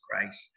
Christ